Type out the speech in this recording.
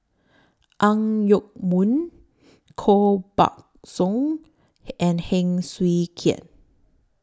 Ang Yoke Mooi Koh Buck Song and Heng Swee Keat